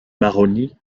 maroni